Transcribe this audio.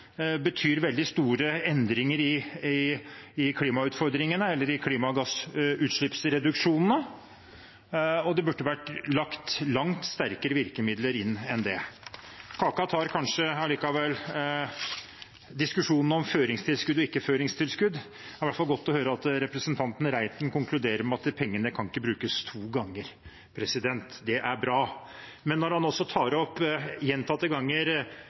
betyr veldig store endringer i klimautfordringene eller i klimagassutslippsreduksjonene, og det burde vært lagt langt sterkere virkemidler inn enn det. Kaka tar kanskje allikevel diskusjonen om føringstilskudd eller ikke føringstilskudd. Det var i hvert fall godt å høre at representanten Reiten konkluderer med at pengene ikke kan brukes to ganger. Det er bra. Men når han gjentatte ganger tar opp